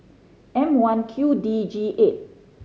M One Q D G eight